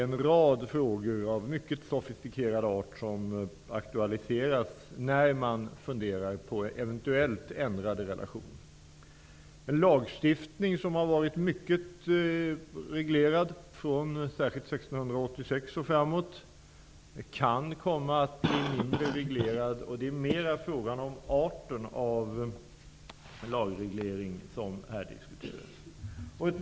En rad frågor av mycket sofistikerad art aktualiseras när man funderar på eventuellt ändrade relationer. Verksamheten, som har varit reglerad genom lagstiftning från 1686 och framåt, kan komma att bli mindre reglerad. Det är mer fråga om arten av lagregleringen.